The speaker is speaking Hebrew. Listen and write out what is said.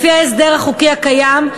לפי ההסדר החוקי הקיים,